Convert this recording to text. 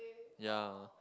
ya